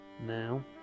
Now